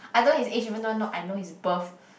I don't know his age even though not I know his birth